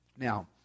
Now